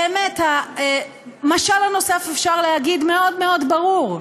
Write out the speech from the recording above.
באמת, המשל הנוסף, אפשר להגיד, מאוד מאוד ברור,